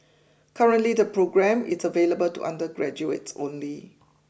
currently the programme is available to undergraduates only